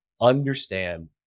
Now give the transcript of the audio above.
understand